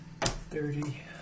Thirty